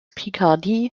picardie